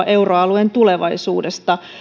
euroalueen tulevaisuudesta